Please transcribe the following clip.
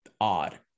odd